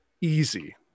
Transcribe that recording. Easy